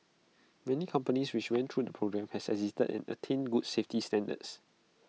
many companies which went through the programme has exited and attained good safety standards